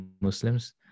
Muslims